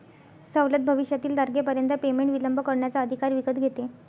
सवलत भविष्यातील तारखेपर्यंत पेमेंट विलंब करण्याचा अधिकार विकत घेते